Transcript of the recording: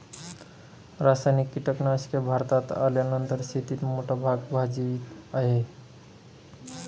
रासायनिक कीटनाशके भारतात आल्यानंतर शेतीत मोठा भाग भजवीत आहे